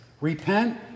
Repent